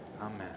Amen